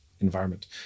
environment